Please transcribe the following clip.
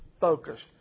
focused